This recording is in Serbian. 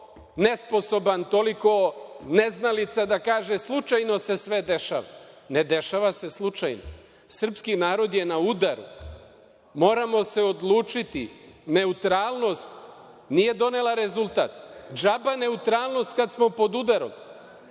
nesposoban, toliko neznalica da kaže slučajno se sve dešava. Ne dešava se slučajno, srpski narod je na udaru. Moramo se odlučiti, neutralnost nije donela rezultat, džaba neutralnost kad smo pod udarom.